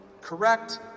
Correct